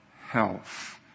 health